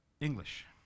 English